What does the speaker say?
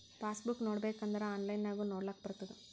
pass book ನೋಡ್ಬೇಕ್ ಅಂದುರ್ online ನಾಗು ನೊಡ್ಲಾಕ್ ಬರ್ತುದ್